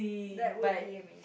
that would be a me